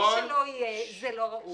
למי שזה לא יהיה זה לא ראוי.